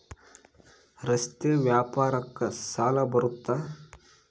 ರಸ್ತೆ ವ್ಯಾಪಾರಕ್ಕ ಸಾಲ ಬರುತ್ತಾ?